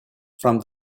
from